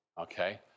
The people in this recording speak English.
Okay